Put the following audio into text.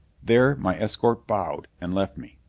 there my escort bowed and left me.